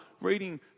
reading